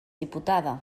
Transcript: diputada